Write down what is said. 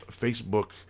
Facebook